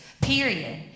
period